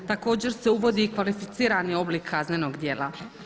Također se uvodi i kvalificirani oblik kaznenog djela.